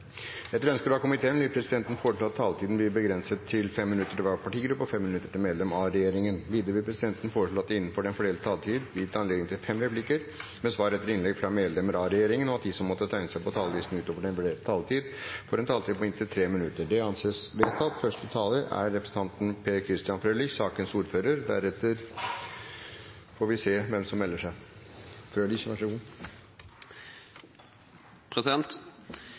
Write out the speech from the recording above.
Etter ønske fra justiskomiteen vil presidenten foreslå at taletiden blir begrenset til 5 minutter til hver partigruppe og 5 minutter til medlem av regjeringen. Videre vil presidenten foreslå at det blir gitt anledning til fem replikker med svar etter innlegg fra medlemmer av regjeringen innenfor den fordelte taletid, og at de som måtte tegne seg på talerlisten utover den fordelte taletid, får en taletid på inntil 3 minutter. – Det anses vedtatt. Denne uken har vært god